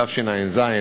התשע"ז,